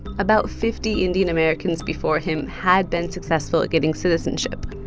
about fifty indian americans before him had been successful at getting citizenship.